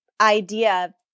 idea